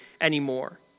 anymore